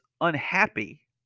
unhappy